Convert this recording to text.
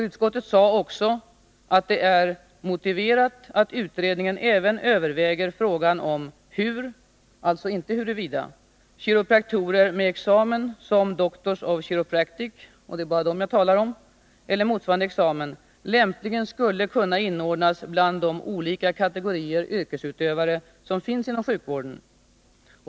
Utskottet sade också att det är ”motiverat att utredningen även överväger frågan om hur” — alltså ej huruvida — ”kiropraktiker med examen som Doctor of Chiropractic” — det är bara dem jag talar om — ”eller motsvarande examen lämpligen skulle kunna inordnas bland de olika kategorier yrkesutövare som finns inom sjukvården”.